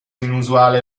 inusuale